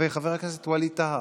חבר הכנסת ווליד טאהא,